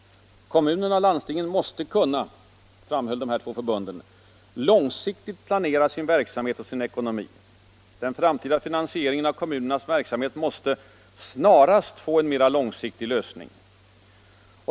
Kommunerna och landstingen måste kunna —- framhöll de två förbunden — ”långsiktigt planera sin verksamhet och sin ekonomi”. Den framtida finansieringen av kommunernas verksamhet måste ”snarast få en mera långsiktig lösning”.